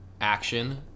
action